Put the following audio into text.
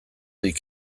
dit